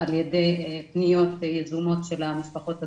על ידי פניות יזומות של המשפחות עצמן.